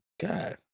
God